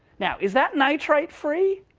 now is that nitrate free?